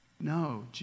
No